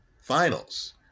finals